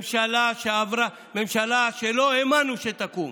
ממשלה שלא האמנו שתקום,